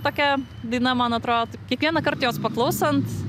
tokia daina man atroo kiekvienąkart jos paklausant